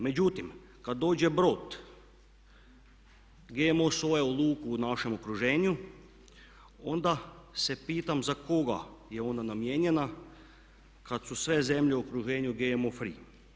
Međutim, kad dođe brod GMO soje u luku u našem okruženju onda se pitam za koga je ona namijenjena kad su sve zemlje u okruženju GMO free.